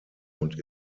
und